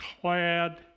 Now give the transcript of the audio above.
clad